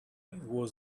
was